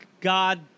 God